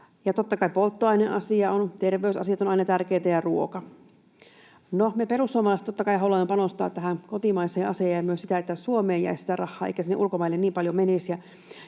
Terveysasiat ja ruoka ovat aina tärkeitä. No, me perussuomalaiset, totta kai, halutaan panostaa tähän kotimaiseen asiaan ja myös siihen, että Suomeen jäisi sitä rahaa eikä sinne ulkomaille niin paljon menisi,